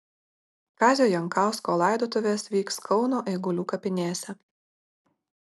kazio jankausko laidotuvės vyks kauno eigulių kapinėse